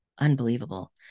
unbelievable